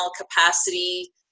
capacity